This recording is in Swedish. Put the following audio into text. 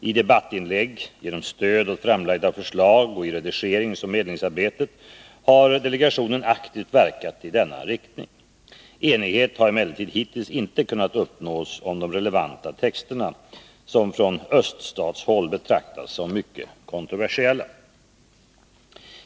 I debattinlägg, genom stöd åt framlagda förslag och i redigeringsoch medlingsarbetet har delegationen aktivt verkat i denna riktning. Enighet har emellertid hittills inte kunna uppnås om de relevanta texterna, som från öststatshåll betraktas som mycket kontroversiella.